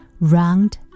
round